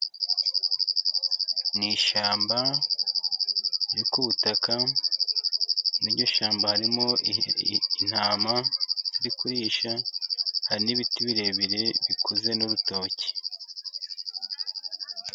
Ni ishyamba riri ku butaka, muri iryo shyamba harimo intama ziri kurisha, hari n'ibiti birebire bikuze n'urutoki.